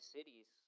Cities